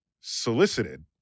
solicited